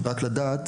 רק לדעת,